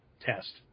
test